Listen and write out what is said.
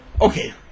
okay